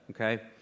okay